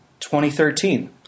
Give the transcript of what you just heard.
2013